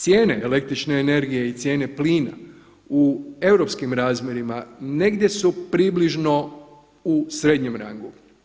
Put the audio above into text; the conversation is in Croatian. Cijene električne energije i cijene plina u europskim razmjerima negdje su približno u srednjem rangu.